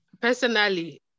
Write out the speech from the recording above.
personally